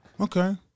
Okay